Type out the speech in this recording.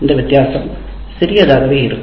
இந்த வித்தியாசம் சிறிதாகவே இருக்கும்